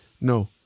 No